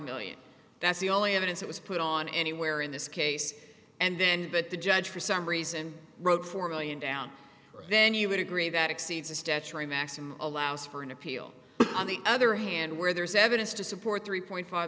million that's the only evidence that was put on anywhere in this case and then but the judge for some reason wrote four million down then you would agree that exceeds the statutory max and allows for an appeal on the other hand where there's evidence to support three point five